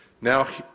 Now